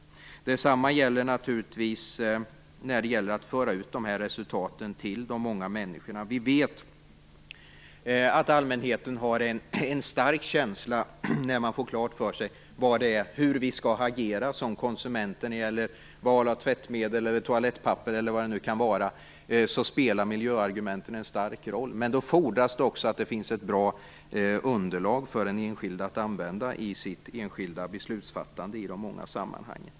Detsamma gäller naturligtvis att föra ut resultaten till de många människorna. Vi vet att vi som allmänhet har en stark känsla när vi får klart för oss hur vi skall agera som konsumenter när det gäller val av tvättmedel, toalettpapper eller vad det nu kan vara. Där spelar miljöargumenten en stor roll. Men då fordras det också att det finns ett bra underlag för den enskilde att använda i sitt beslutsfattande i de många sammanhangen.